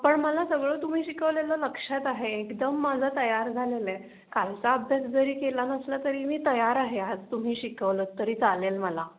पण मला सगळं तुम्ही शिकवलेलं लक्षात आहे एकदम माझं तयार झालेलं आहे कालचा अभ्यास जरी केला नसला तरी मी तयार आहे आज तुम्ही शिकवलंत तरी चालेल मला